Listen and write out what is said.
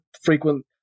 frequent